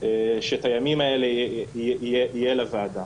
שאת הימים האלה יהיה לוועדה.